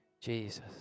Jesus